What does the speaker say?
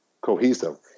cohesive